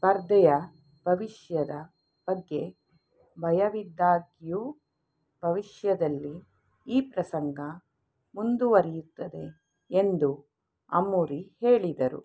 ಸ್ಪರ್ಧೆಯ ಭವಿಷ್ಯದ ಬಗ್ಗೆ ಭಯವಿದ್ದಾಗ್ಯೂ ಭವಿಷ್ಯದಲ್ಲಿ ಈ ಪ್ರಸಂಗ ಮುಂದುವರಿಯುತ್ತದೆ ಎಂದು ಅಮುರಿ ಹೇಳಿದರು